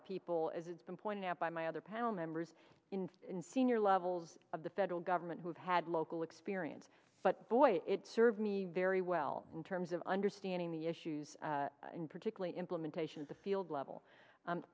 of people as has been pointed out by my other panel members in in senior levels of the federal government who've had local experience but boy it served me very well in terms of understanding the issues and particularly implementation of the field level